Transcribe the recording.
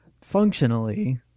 functionally